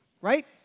Right